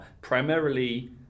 primarily